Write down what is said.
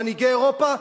ממנהיגי אירופה,